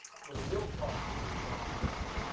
so the real proxy boots are our kurds,